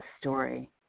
story